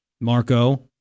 Marco